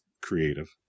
creative